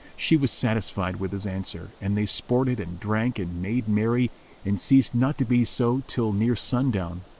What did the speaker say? she was satisfied with his answer, and they sported and drank and made merry and ceased not to be so till near sundown,